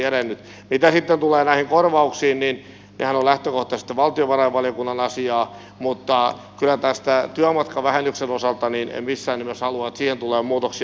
mitä sitten tulee näihin korvauksiin niin nehän ovat lähtökohtaisesti valtiovarainvaliokunnan asiaa mutta tämän työmatkavähennyksen osalta en kyllä missään nimessä halua että siihen tulee muutoksia